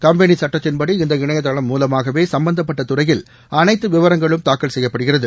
company சட்டத்தின்படி இந்த இணையதளம் மூலமாகவே சம்பந்தப்பட்ட துறையில் அனைத்து விவரங்களும் தாக்கல் செய்யப்படுகிறது